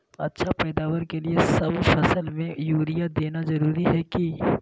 अच्छा पैदावार के लिए सब फसल में यूरिया देना जरुरी है की?